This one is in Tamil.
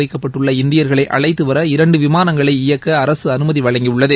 வைக்கப்பட்டுள்ள இந்தியர்களை அழைத்துவர இரண்டு விமானங்களை இயக்க அரசு அனுமதி வழங்கியுள்ளது